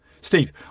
Steve